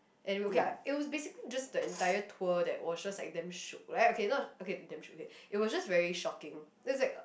and okay I it was basically just the entire tour that was just like damn shiok like okay not damn shiok okay it was just very shocking it was like